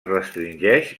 restringeix